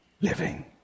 living